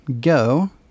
go